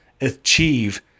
achieve